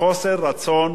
של משרד הפנים,